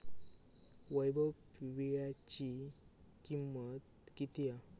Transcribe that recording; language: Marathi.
वैभव वीळ्याची किंमत किती हा?